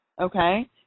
Okay